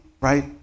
right